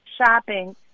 shopping